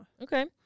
Okay